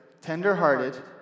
tenderhearted